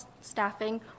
staffing